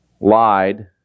lied